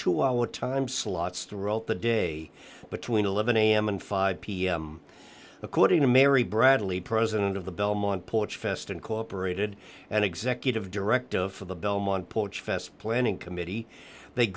three time slots throughout the day between eleven am and five pm according to mary bradley president of the belmont porch fest incorporated and executive director of the belmont porch fest planning committee th